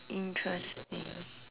interesting